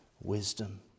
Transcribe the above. wisdom